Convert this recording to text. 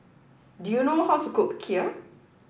do you know how to cook Kheer